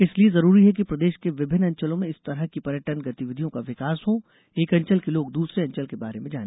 इसलिए जरूरी है कि प्रदेश के विभिन्न अंचलों में इस तरह की पर्यटन गतिविधियों का विकास हो एक अंचल के लोग दूसरे अंचल के बारे में जाने